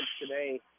today